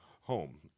home